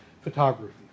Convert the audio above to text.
photography